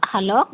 hello